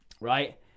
right